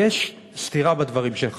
יש סתירה בדברים שלך,